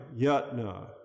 yatna